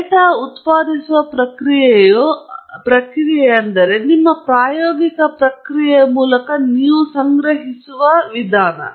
data ಉತ್ಪಾದಿಸುವ ಪ್ರಕ್ರಿಯೆಯ ಮೂಲಕ ನಾವು ಏನು ಹೇಳುತ್ತೇವೆ ಎಂಬುದು ನಿಮ್ಮ ಪ್ರಕ್ರಿಯೆ ಮತ್ತು ನಿಮ್ಮ ಪ್ರಾಯೋಗಿಕ ಪ್ರಕ್ರಿಯೆಯನ್ನು ನೀವು ಸಂಗ್ರಹಿಸುತ್ತಿದ್ದ ಪ್ರಕ್ರಿಯೆ